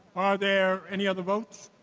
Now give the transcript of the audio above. are there any other votes?